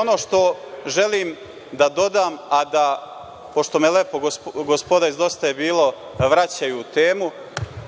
Ono što želim da dodam, a da, pošto me lepo gospoda iz DJB vraćaju u temu,